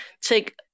take